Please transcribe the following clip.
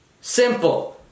Simple